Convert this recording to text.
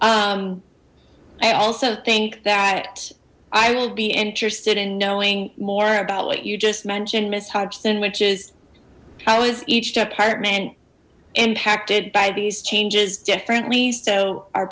i also think that i will be interested in knowing more about what you just mentioned miss hobson which is how is each department impacted by these changes differently so our